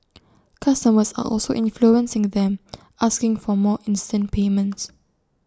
customers are also influencing them asking for more instant payments